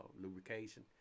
lubrication